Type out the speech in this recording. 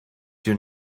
your